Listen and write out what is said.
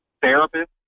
therapist